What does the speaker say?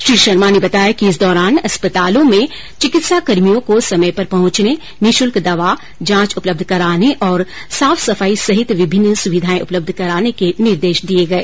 श्री शर्मा ने बताया कि इस दौरान अस्पतालों में चिकित्साकर्मियों को समय पर पहुंचने निःशुल्क दवा जांच उपलब्ध कराने और साफ सफाई सहित विभिन्न सुविधाएं उपलब्ध कराने के निर्देश दिए गए